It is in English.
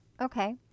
Okay